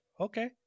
okay